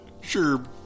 Sure